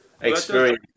experience